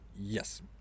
Yes